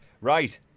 right